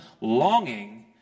longing